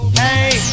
hey